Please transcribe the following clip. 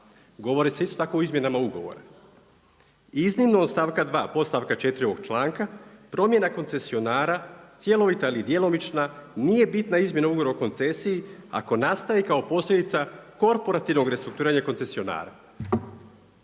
govori se isto tako o izmjenama ugovora, iznimno od stavka 2, podstavka 4 ovoga članka promjena koncesionara cjelovita ili djelomična nije bitna izmjena ugovora o koncesiji ako nastaje kao posljedica korporativnog restrukturiranja koncesionara